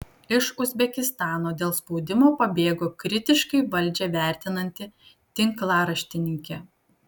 iš uzbekistano dėl spaudimo pabėgo kritiškai valdžią vertinanti tinklaraštininkė